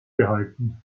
behalten